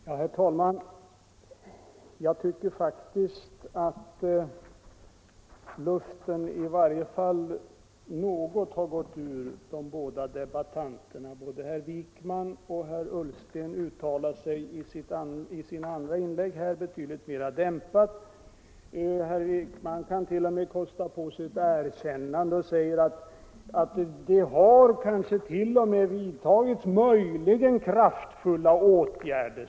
Herr talman! Jag tycker faktiskt att luften har gått ur de båda de = av statsanställd som battörerna. Både herr Wijkman och herr Ullsten uttalar sig i sina andra — ej önskar medfölja inlägg betydligt mera dämpat. Herr Wijkman kunde t.o.m. kosta på = vid verksutflyttning, sig ett erkännande och säga att det möjligen har vidtagits kraftfulla åt = m.m. gärder.